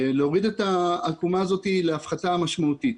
להוריד אותה להפחתה משמעותית.